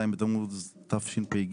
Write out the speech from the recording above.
ז' בתמוז תשפ"ג,